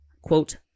quote